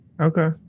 Okay